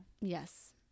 Yes